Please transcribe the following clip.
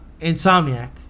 Insomniac